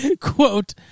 Quote